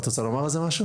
את רוצה לומר על זה משהו?